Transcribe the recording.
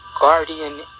guardian